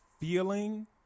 feeling